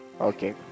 Okay